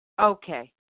Okay